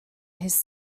his